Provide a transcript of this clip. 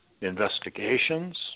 investigations